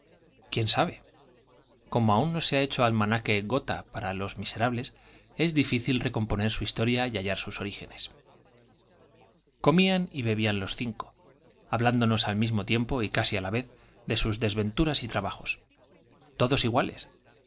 quién sabe como aun no se ha hecho almanaque gotha para los miserables es difícil recomponer su historia y hallar sus orígenes comían y bebían los cinco hablándonos al mismo tiempo y casi á la vez de sus desventuras y trabajos j todos iéuales